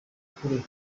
kure